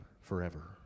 forever